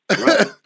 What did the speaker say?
Right